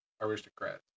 aristocrats